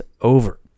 over